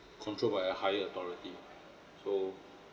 controlled by a higher authority so